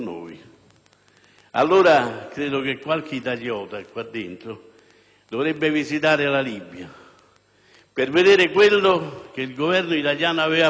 Allora, credo che qualche italiota qua dentro dovrebbe visitare la Libia per vedere quello che il Governo italiano aveva fatto.